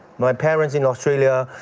my parents in australia,